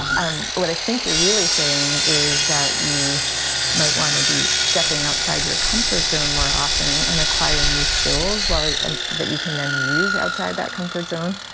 um what i think you're really saying is that you might want to be stepping outside your comfort zone more often and acquiring new skills while and that you can then use outside that comfort zone.